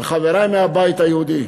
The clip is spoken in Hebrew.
וחברי מהבית היהודי,